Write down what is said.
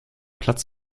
platz